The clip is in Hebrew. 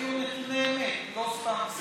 תביאו נתוני אמת, לא סתם,